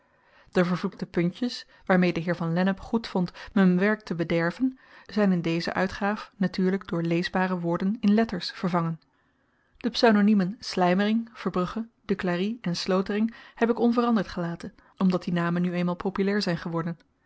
de vervloekte puntjes waarmee de heer van lennep goedvond m'n werk te bederven zyn in deze uitgaaf natuurlyk door leesbare woorden in letters vervangen de pseudoniemen slymering verbrugge duclari en slotering heb ik onveranderd gelaten omdat die namen nu eenmaal populair zyn geworden